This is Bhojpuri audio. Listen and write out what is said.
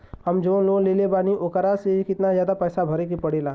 हम जवन लोन लेले बानी वोकरा से कितना पैसा ज्यादा भरे के पड़ेला?